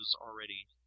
already